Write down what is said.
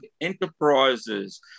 Enterprises